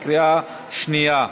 בקריאה שנייה.